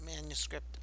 manuscript